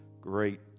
great